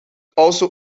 also